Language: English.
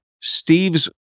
Steve's